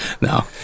No